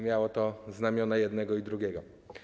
Miało to znamiona i jednego, i drugiego.